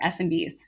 SMBs